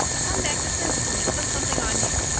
come back this instant and put something on you.